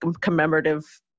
commemorative